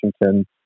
Washington